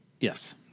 Yes